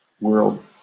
world